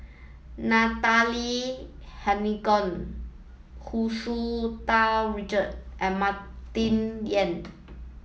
Natalie Hennedige Hu Tsu Tau Richard and Martin Yan